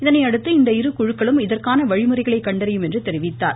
இதனையடுத்து இவ்விரு குழுக்களும் இதற்கான வழிமுறைகளை கண்டறியும் என்றார்